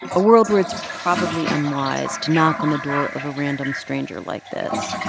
a world where it's probably unwise to knock on the door of a random stranger like this,